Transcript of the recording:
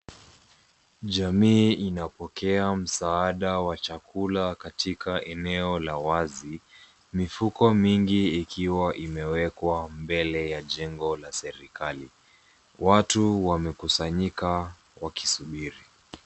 Jamii inapokea msaada wa chakula katika eneo la wazi. Mifuko mingi ikiwa imewekwa mbele ya jengo la serikali. Watu wamekusanyika wakisubiri.